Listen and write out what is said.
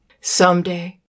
Someday